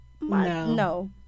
No